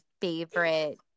favorite